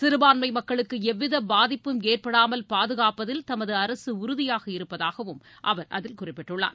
சிறுபான்மை மக்களுக்கு எவ்வித பாதிப்பும் ஏற்படாமல் பாதுகாப்பதில் தமது அரசு உறுதியாக இருப்பதாகவும் அவர் அதில் குறிப்பிட்டுள்ளார்